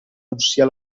russia